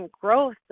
growth